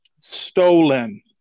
stolen